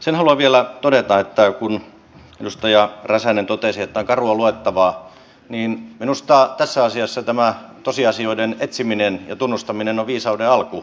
sen haluan vielä todeta kun edustaja räsänen totesi että tämä on karua luettavaa että minusta tässä asiassa tämä tosiasioiden etsiminen ja tunnustaminen on viisauden alku